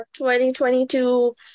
2022